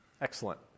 Excellent